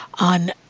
on